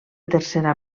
tercera